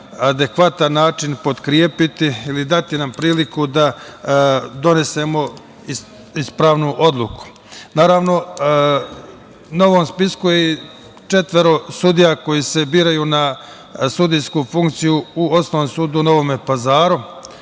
adekvatan način potkrepiti ili nam dati priliku da donesemo ispravnu odluku. Naravno, na ovom spisku je četvoro sudija koji se biraju na sudijsku funkciju u Osnovnom sudu u Novom Pazaru.